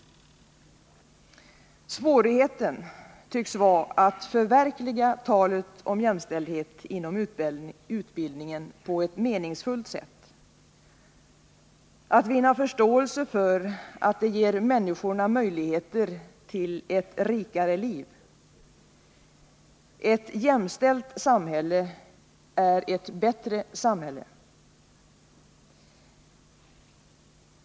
Svårigheten tycks vara att förverkliga talet om jämställdhet inom utbildningen på ett meningsfullt sätt — att vinna förståelse för att det ger människorna möjligheter till ett rikare liv. Ett jämställt samhälle är ett bättre samhälle.